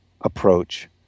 approach